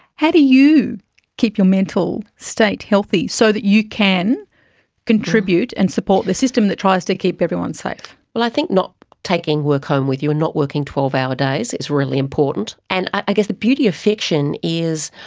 how do you keep your mental state healthy so that you can contribute and support the system that tries to keep everyone safe? well, i think not taking work home with you and not working twelve hour days is really important. and i guess the beauty of fiction is,